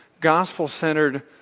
gospel-centered